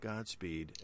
Godspeed